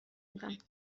میدم